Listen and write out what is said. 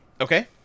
Okay